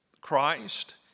Christ